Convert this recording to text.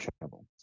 travel